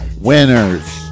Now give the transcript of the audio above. winners